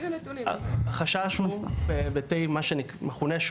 החשש הוא במה שמכונה,